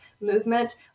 movement